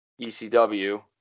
ECW